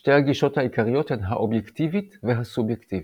שתי הגישות העיקריות הן האובייקטיבית והסובייקטיבית.